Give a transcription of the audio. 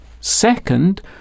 Second